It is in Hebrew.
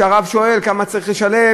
שהרב שואל: כמה צריך לשלם?